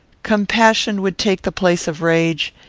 compassion would take the place of rage,